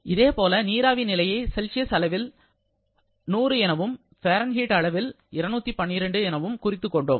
இதேபோல நீராவி நிலையை செல்சியஸ் அளவில் 100 என்றும் பாரன்ஹீட் அளவீட்டில் 212 என்றும் குறித்துக்கொண்டோம்